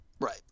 Right